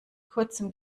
kurzem